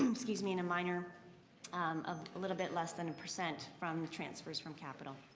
um excuse me, and a minor of a little bit less than and percent from transfers from capital.